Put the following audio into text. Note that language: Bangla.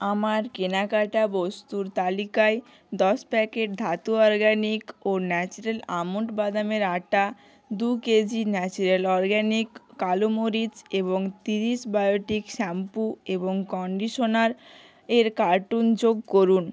আমার কেনাকাটা বস্তুর তালিকায় দশ প্যাকেট ধাতু অরগ্যানিক ও ন্যাচারাল আমন্ড বাদামের আটা দু কেজি ন্যাচারাল অরগ্যানিক কালো মরিচ এবং ত্রিশ বায়োটিক শ্যাম্পু এবং কন্ডিশনার এর কার্টন যোগ করুন